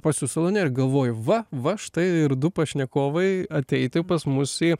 pas jus salone ir galvoju va va štai ir du pašnekovai ateiti pas mus į